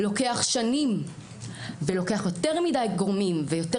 לוקח שנים ולוקח יותר מדי גורמים ויותר